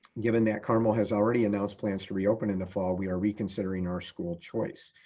given that carmel has already announced plans to reopen in the fall, we are reconsidering our school choice.